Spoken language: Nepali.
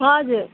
हजुर